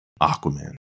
Aquaman